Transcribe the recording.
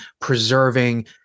preserving